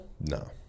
No